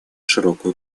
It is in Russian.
широкую